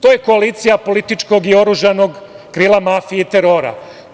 To je koalicija političkog i oružanog krila mafije i terora.